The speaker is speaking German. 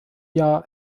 jahr